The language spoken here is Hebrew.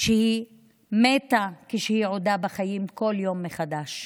שהיא מתה כשהיא עודה בחיים, כל יום מחדש.